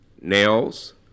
nails